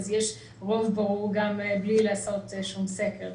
כך שיש רוב ברור גם בלי לעשות שום סקר.